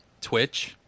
Twitch